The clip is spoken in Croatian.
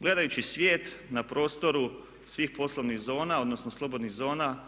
Gledajući svijet na prostoru svih poslovnih zona, odnosno slobodnih zona